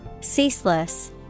Ceaseless